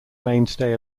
mainstay